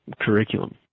curriculum